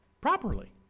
properly